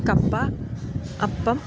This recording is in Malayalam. കപ്പ അപ്പം